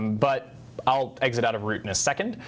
but i'll exit out of root in a second.